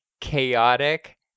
chaotic